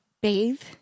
bathe